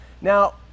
Now